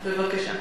בבקשה.